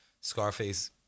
Scarface